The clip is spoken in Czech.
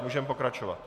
Můžeme pokračovat.